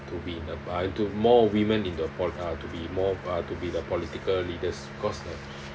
to be in the par~ to more women in the pol~ uh to be more uh to be the political leaders because